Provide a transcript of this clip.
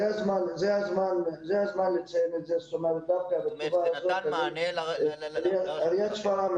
אני אתן דוגמה מהמשרד לשיתוף פעולה אזורי בראשות השר אקוניס,